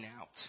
out